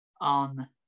on